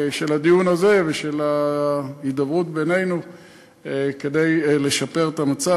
של הדיון הזה ושל ההידברות בינינו כדי לשפר את המצב.